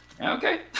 okay